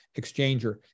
exchanger